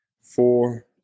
four